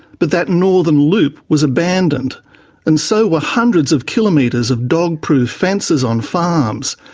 but that northern loop was abandoned and so were hundreds of kilometres of dog-proof fences on farms.